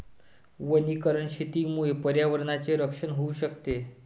वनीकरण शेतीमुळे पर्यावरणाचे रक्षण होऊ शकते